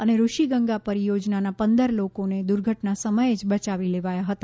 અને ઋષિગંગા પરિયોજનાનાં પંદર લોકોને દુર્ધટના સમયે જ બયાવી લેવાયા હતા